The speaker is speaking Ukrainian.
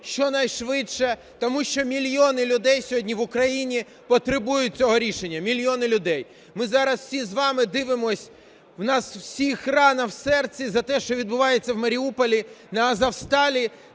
щонайшвидше, тому що мільйони людей сьогодні в Україні потребують цього рішення, мільйони людей. Ми зараз всі з вами дивимося, у нас в усіх рана в серці за те, що відбувається в Маріуполі на "Азовсталі",